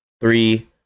three